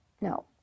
no